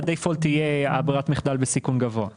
יש הלכה אחד.